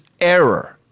error